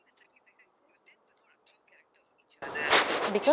because